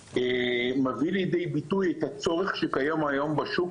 מביא לידי ביטוי את הצורך שקיים היום בשוק,